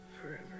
Forever